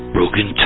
Broken